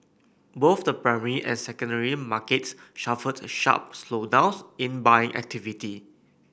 both the primary and secondary markets suffered sharp slowdowns in buying activity